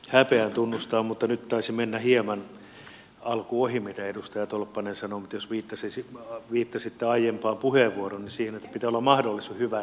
häpeän tunnustaa mutta nyt taisi mennä hieman alku ohi mitä edustaja tolppanen sanoi mutta jos viittasitte aiempaan puheenvuoroon siihen että pitää olla mahdollisuus niin hyvä näin